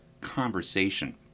conversation